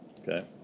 okay